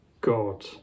God